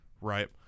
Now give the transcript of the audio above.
right